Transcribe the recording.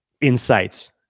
insights